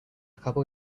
couple